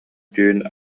түүн